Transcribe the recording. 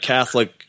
Catholic